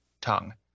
tongue